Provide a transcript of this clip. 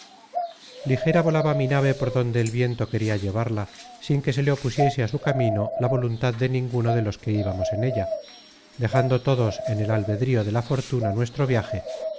ligera volaba mi nave por donde el viento queria llevarla sin que se le opusiese á su camino la voluntad de ninguno de los que íbamos en ella dejando todos en el albedrío de la fortuna nuestro viaje